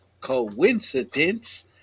coincidence